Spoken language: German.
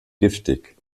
giftig